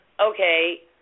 Okay